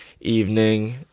evening